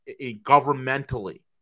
governmentally